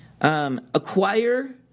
Acquire